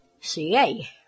ca